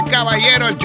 Caballero